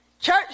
church